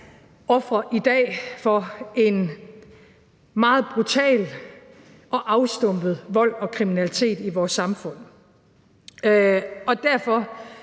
ofre for en meget brutal og afstumpet vold og kriminalitet i vores samfund. Derfor,